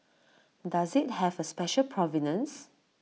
does IT have A special provenance